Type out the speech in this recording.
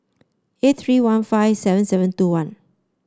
eight three one five seven seven two one